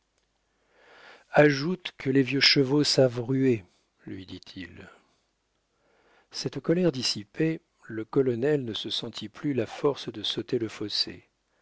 ajoute que les vieux chevaux savent ruer lui dit-il cette colère dissipée le colonel ne se sentit plus la force de sauter le fossé